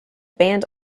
band